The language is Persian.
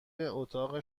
اتاق